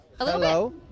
Hello